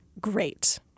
great